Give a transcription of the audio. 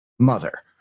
Mother